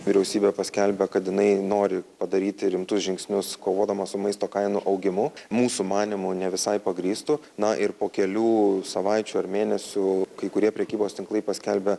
vyriausybė paskelbė kad jinai nori padaryti rimtus žingsnius kovodama su maisto kainų augimu mūsų manymu ne visai pagrįstų na ir po kelių savaičių ar mėnesių kai kurie prekybos tinklai paskelbia